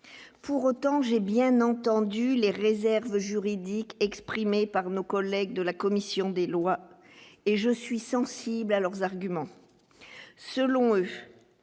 pour autant, j'ai bien entendu les réserves juridiques exprimées par nos collègues de la commission des lois et je suis sensible à leurs arguments,